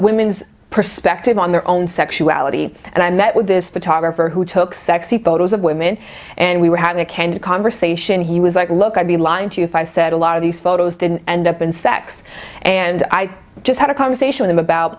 women's perspective on their own sexuality and i met with this photographer who took sexy photos of women and we were having a candid conversation he was like look i'd be lying to you five said a lot of these photos didn't end up in sex and i just had a conversation with him about